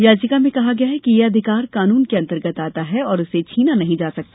याचिका में कहा गया है कि ये अधिकार कानून के अंतर्गत आता है और इसे छीना नहीं जा सकता